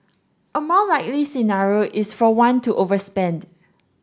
a more likely scenario is for one to overspend